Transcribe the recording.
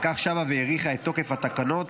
וכך שבה והאריכה את תוקף התקנות